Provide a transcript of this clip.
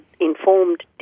informed